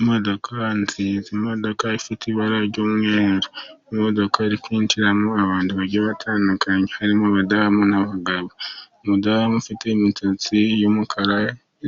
Imodoka nziza, imodoka ifite ibara ry'umweru, imodoka iri kwinjiramo abantu bagiye batandukanye harimo abadamu n'abagabo. Umudamu ufite imisatsi y'umukara